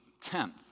tenth